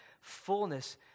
fullness